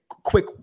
Quick